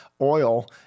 oil